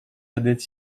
adet